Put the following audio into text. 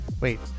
wait